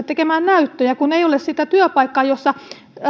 tekemään näyttöjä kun ei ole sitä työpaikkaa jossa